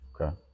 Okay